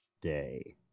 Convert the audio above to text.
day